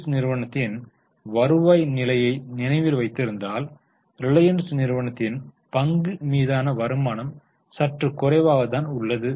S நிறுவனத்தின் வருவாய் நிலை நினைவில் வைத்திருந்தால் ரிலையன்ஸ் நிறுவனத்தின் பங்கு மீதான வருமானம் சற்று குறைவாகத்தான் உள்ளது